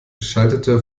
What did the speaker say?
schaltete